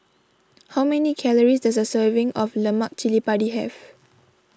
how many calories does a serving of Lemak Chili Padi have